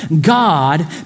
God